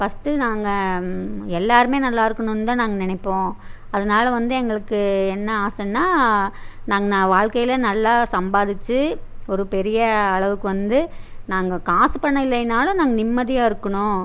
first நாங்கள் எல்லாேருமே நல்லாயிருக்கணுன்னு தான் நாங்கள் நினைப்போம் அதனால வந்து எங்களுக்கு என்ன ஆசைன்னா நாங்கள் நான் வாழ்க்கைல நல்லா சம்பாதித்து ஒரு பெரிய அளவுக்கு வந்து நாங்கள் காசு பணம் இல்லைனாலும் நாங்கள் நிம்மதியாக இருக்கணும்